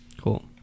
Cool